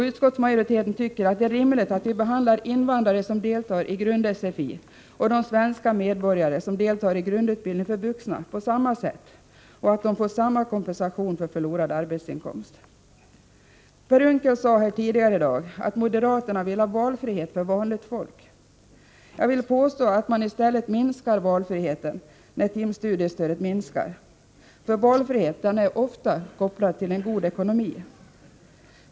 Utskottsmajoriteten tycker att det är rimligt att vi behandlar invandrare som deltar i grund-SFI och de svenska medborgare som deltar i grundutbildning för vuxna på samma sätt och att de får samma kompensation för förlorad arbetsinkomst. Per Unckel sade här tidigare i dag att moderaterna vill ha valfrihet för vanligt folk. Jag vill påstå att man i stället minskar valfriheten när timstudiestödet minskar, för valfriheten är ofta kopplad till en god ekonomi.